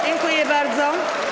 Dziękuję bardzo.